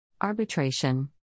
Arbitration